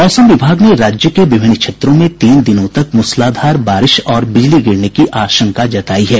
मौसम विभाग ने राज्य के विभिन्न क्षेत्रों में तीन दिनों तक मूसलाधार बारिश और बिजली गिरने की आशंका जताई है